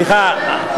סליחה,